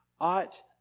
ought